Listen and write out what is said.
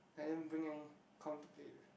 I didn't bring any com to play with